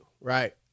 right